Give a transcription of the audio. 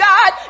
God